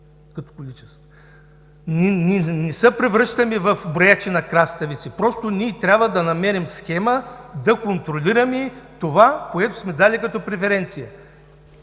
като количество. Ние не се превръщаме в броячи на краставици. Трябва да намерим схема да контролираме това, което сме дали като преференция.